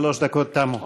שלוש דקות תמו.